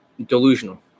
delusional